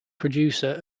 producer